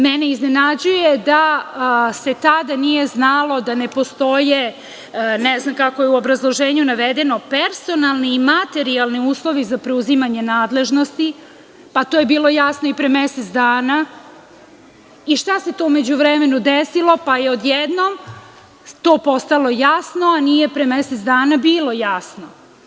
Mene iznenađuje da se tada nije znalo da ne postoje, ne znam kako je u obrazloženju navedeno, personalni i materijalni uslovi za preuzimanje nadležnosti, pa to je bilo jasno i pre mesec dana i šta se to u međuvremenu desilo pa je odjednom to postalo jasno, a nije pre mesec dana bilo jasno?